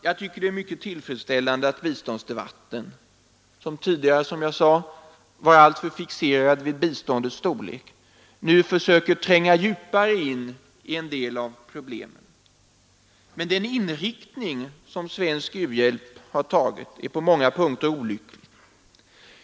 Jag tycker det är mycket tillfredsställande att biståndsdebatten — som tidigare var alltför fixerad vid biståndets storlek — nu försöker tränga djupare in i en del av problemen. Men den inriktning som svensk u-hjälp har tagit är på många punkter olycklig.